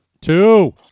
Two